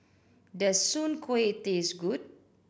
does soon kway taste good